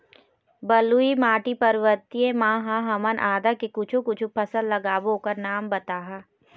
बलुई माटी पर्वतीय म ह हमन आदा के कुछू कछु फसल लगाबो ओकर नाम बताहा?